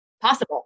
possible